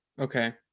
okay